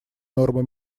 нормы